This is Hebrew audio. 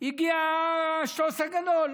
הגיע השוס הגדול,